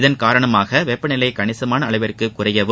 இதன் காரணமாக வெப்பநிலை கணிசமான அளவிற்கு குறையவும்